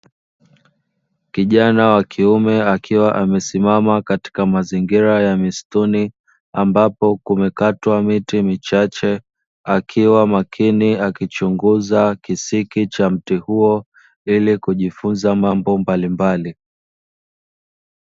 Kijana wa kiume akiwa amesimama katika mazingira ya msituni ambapo kumekatwa miti michache, akiwa makini akichunguza kisiki cha mti huo ili kujifunza mambo mbalimbali.